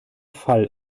fall